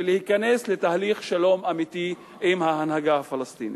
ותיכנס לתהליך שלום אמיתי עם ההנהגה הפלסטינית.